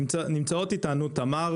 נמצאות איתנו תמר